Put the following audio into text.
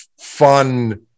fun